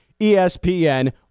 ESPN